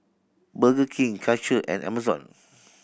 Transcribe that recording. Burger King Karcher and Amazon